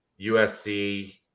USC